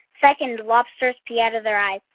second, lobsters pee out of their eyes.